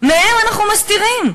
מהם אנחנו מסתירים.